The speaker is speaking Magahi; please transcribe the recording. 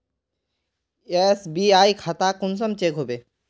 एस.बी.आई खाता कुंसम चेक होचे?